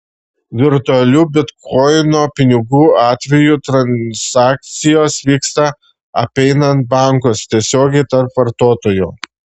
virtualių bitkoino pinigų atveju transakcijos vyksta apeinant bankus tiesiogiai tarp vartotojų